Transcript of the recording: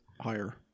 higher